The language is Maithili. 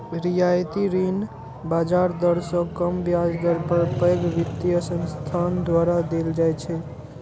रियायती ऋण बाजार दर सं कम ब्याज दर पर पैघ वित्तीय संस्थान द्वारा देल जाइ छै